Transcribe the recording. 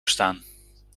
staan